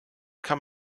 kam